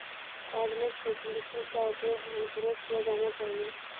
cardless facility का उपयोग ध्यानपूर्वक किया जाना चाहिए